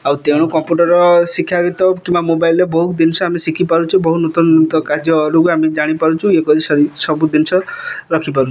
ଆଉ ତେଣୁ କମ୍ପୁଟର୍ ଶିକ୍ଷାରେ ତ କିମ୍ବା ମୋବାଇଲ୍ରେ ବହୁତ ଜିନିଷ ଶିଖିପାରୁଛେ ବହୁତ ନୂତନ ନୂତନ କାର୍ଯ୍ୟରୁ ଆମେ ଜାଣିପାରୁଛୁ ଇଏ କରି ସାରି ସବୁ ଜିନିଷ ରଖିପାରୁଛୁ